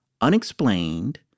Unexplained